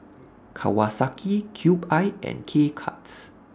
Kawasaki Cube I and K Cuts